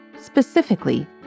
specifically